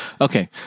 Okay